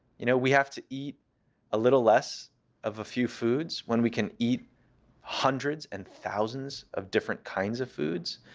you know we have to eat a little less of a few foods when we can eat hundreds and thousands of different kinds of foods.